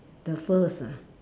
the first ah